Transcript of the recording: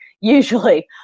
usually